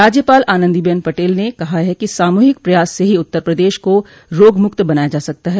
राज्यपाल आनन्दीबेन पटेल ने कहा कि सामूहिक प्रयास से ही उत्तर प्रदेश को रोग मुक्त बनाया जा सकता है